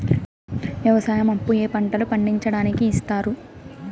వ్యవసాయం అప్పు ఏ ఏ పంటలు పండించడానికి ఇస్తారు?